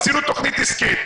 עשינו תוכנית עסקית,